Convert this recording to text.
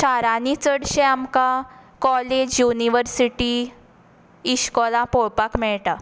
शारांची चडशे आमकां काॅलेज युनिव्हरसिटी इश्काॅला पावोपाक मेळटा